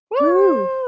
Woo